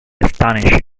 astonishing